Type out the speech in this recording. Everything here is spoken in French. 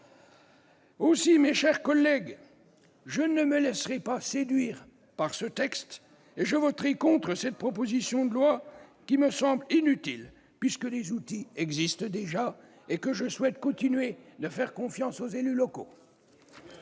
Aussi, mes chers collègues, je ne me laisserai pas séduire par ce texte, je voterai contre cette proposition de loi, qui me semble inutile, puisque les outils existent déjà, ... Mais non !... et parce que je souhaite que l'on continue de faire confiance aux élus locaux.